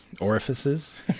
Orifices